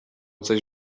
coś